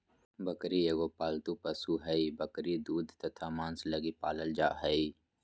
बकरी एगो पालतू पशु हइ, बकरी दूध तथा मांस लगी पालल जा हइ